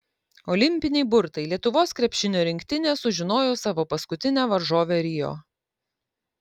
olimpiniai burtai lietuvos krepšinio rinktinė sužinojo savo paskutinę varžovę rio